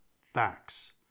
facts